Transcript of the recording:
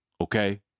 Okay